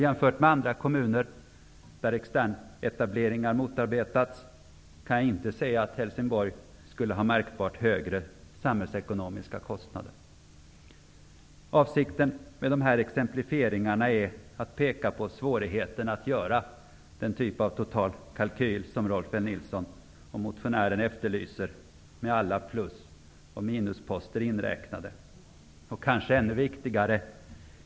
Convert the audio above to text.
Jämfört med andra kommuner där externetableringar har motarbetats, kan jag inte se att Helsingborg skulle ha märkbart högre samhällsekonomiska kostnader. Avsikten med dessa exemplifieringar är att peka på svårigheten att göra den typ av total kalkyl som Rolf L. Nilson och motionären efterlyser med alla plus och minusposter inräknade.